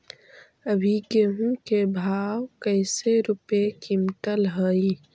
अभी गेहूं के भाव कैसे रूपये क्विंटल हई?